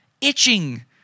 itching